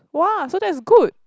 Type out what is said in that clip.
!wah! so that's good